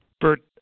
Bert